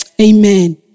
Amen